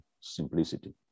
simplicity